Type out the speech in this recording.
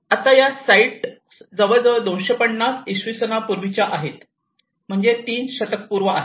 आता या साइट्स जवळजवळ 250 इसवी सन वर्षांपूर्वीच्या आहेत म्हणजे 3 शतकपूर्व आहेत